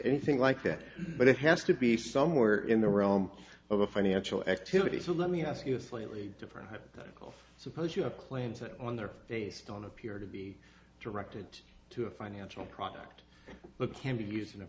anything like that but it has to be somewhere in the realm of a financial activity so let me ask you a slightly different type of suppose you have claims that on their face don't appear to be directed to a financial product look can be used in a